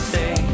say